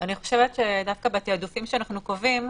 אני חושבת שדווקא בתעדופים שאנחנו קובעים,